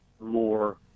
more